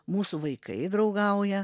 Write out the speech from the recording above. mūsų vaikai draugauja